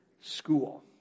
School